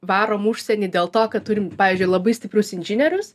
varom užsieny dėl to kad turim pavyzdžiui labai stiprius inžinierius